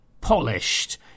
polished